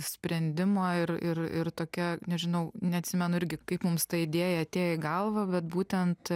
sprendimą ir ir ir tokia nežinau neatsimenu irgi kaip mums ta idėja atėjo į galvą bet būtent